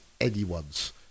anyone's